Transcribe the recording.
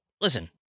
listen